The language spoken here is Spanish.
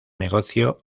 negocio